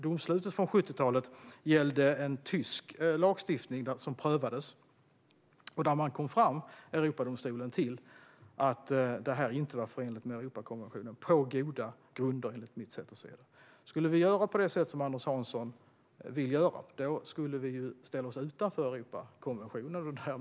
Domslutet från 70-talet gällde en prövning av tysk lagstiftning. Då kom Europadomstolen fram till att det inte var förenligt med Europakonventionen, och enligt mitt sätt att se det var det på goda grunder. Om vi skulle göra på det sätt som Anders Hansson vill göra skulle vi ställa oss utanför Europakonventionen.